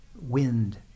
wind